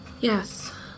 Yes